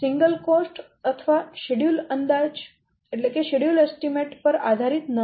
single ખર્ચ અથવા schedule અંદાજ પર આધારિત ન રહો